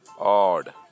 odd